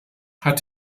hat